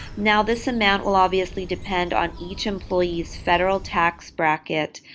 now, this amount will obviously depend on each employee's federal tax bracket,